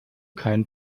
kein